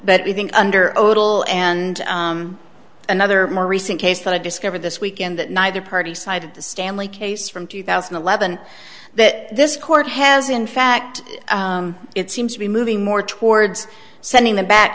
but i think under a little and another more recent case that i discovered this weekend that neither party side of the stanley case from two thousand and eleven that this court has in fact it seems to be moving more towards sending them back